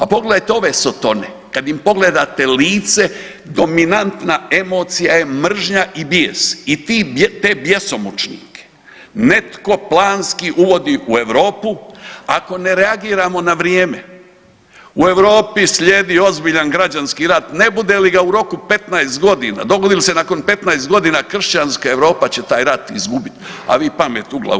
A pogledajte ove sotone, kad im pogledate lice, dominantna emocija je mržnja i bijes i te bjesomučnike netko planski uvodi u Europu, ako ne reagiramo na vrijeme, u Europi slijedi ozbiljan građanski rat, ne bude li ga u roku 15 godina, dogodi li se nakon 15 godina, kršćanska Europa će taj rat izgubiti, a vi pamet u glavu.